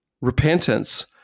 repentance